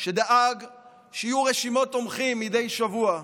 שדאג שיהיו רשימות תומכים מדי שבוע,